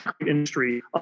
industry